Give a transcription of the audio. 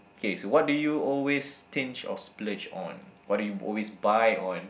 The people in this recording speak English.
okay so what do you always stinge or splurge on what do you always buy on